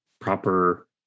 proper